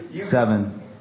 Seven